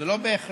זה לא בהכרח